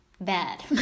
bad